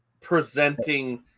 presenting